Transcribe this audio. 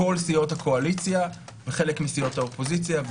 כל סיעות הקואליציה וחלק מסיעות האופוזיציה,